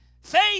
Faith